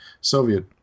Soviet